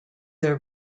their